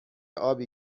آبی